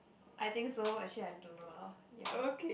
I think so actually I don't know lor ya